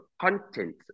content